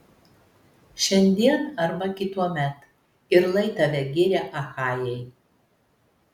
šiandien arba kituomet ir lai tave giria achajai